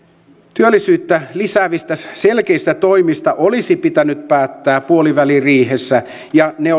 työllisyyttä lisäävistä selkeistä toimista olisi pitänyt päättää puoliväliriihessä ja ne